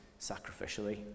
sacrificially